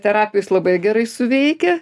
terapijos labai gerai suveikia